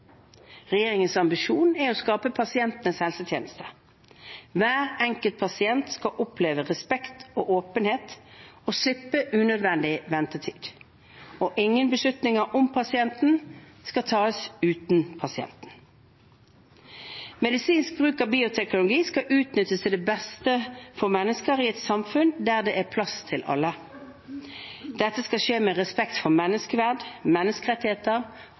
Regjeringens ambisjon er å skape pasientenes helsetjeneste. Hver enkelt pasient skal oppleve respekt og åpenhet og slippe unødvendig ventetid. Ingen beslutninger om pasienten skal tas uten pasienten. Medisinsk bruk av bioteknologi skal utnyttes til det beste for mennesker i et samfunn der det er plass til alle. Dette skal skje med respekt for menneskeverd, menneskerettigheter